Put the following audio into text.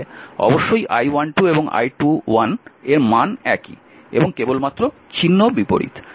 অবশ্যই I12 এবং I21 এর মান একই এবং কেবলমাত্র চিহ্ন বিপরীত